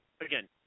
Again